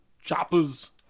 choppers